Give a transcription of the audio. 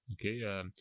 Okay